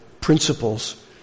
principles